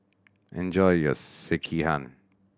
enjoy your Sekihan